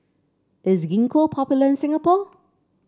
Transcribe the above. is Gingko popular in Singapore